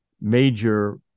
major